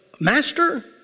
master